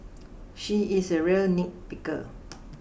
she is a real nitpicker